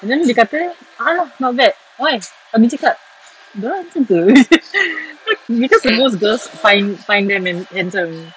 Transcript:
then dia kata a'ah not bad why abeh dia cakap dia orang handsome ke because most girls find find them hand~ handsome